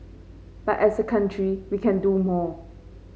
but as a country we can do more